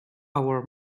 our